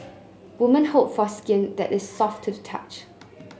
women hope for skin that is soft to the touch